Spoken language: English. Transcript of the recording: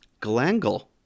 Galangal